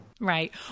Right